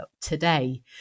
today